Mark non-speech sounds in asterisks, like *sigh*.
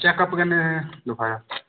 checkup कन्नै *unintelligible*